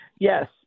Yes